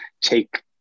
take